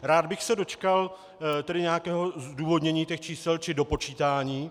Rád bych se dočkal nějakého zdůvodnění těch čísel či dopočítání.